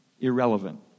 irrelevant